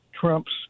Trump's